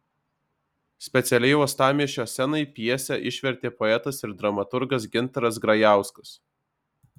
specialiai uostamiesčio scenai pjesę išvertė poetas ir dramaturgas gintaras grajauskas